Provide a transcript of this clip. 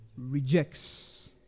rejects